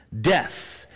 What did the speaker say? Death